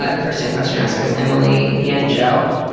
ah first time question askers emily and joe,